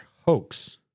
hoax